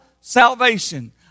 salvation